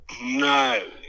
No